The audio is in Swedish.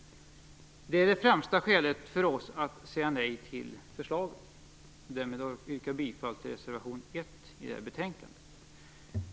Det är det främsta skälet för oss att säga nej till förslaget, och därmed yrkar jag bifall till reservation 1 till detta betänkande.